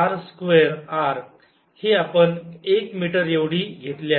R square r हे आपण एक मीटर एवढी घेतले आहे